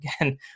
again